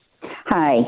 Hi